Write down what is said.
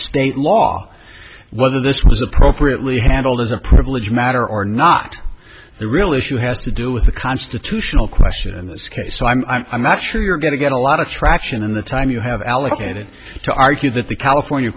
state law whether this was appropriately handled as a privilege matter or not the real issue has to do with the constitutional question in this case so i'm i'm not sure you're going to get a lot of traction in the time you have allocated to argue that the california